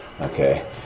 Okay